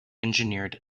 engineered